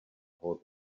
hold